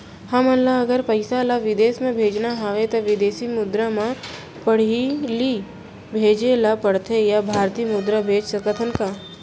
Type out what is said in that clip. हमन ला अगर पइसा ला विदेश म भेजना हवय त विदेशी मुद्रा म पड़ही भेजे ला पड़थे या भारतीय मुद्रा भेज सकथन का?